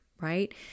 right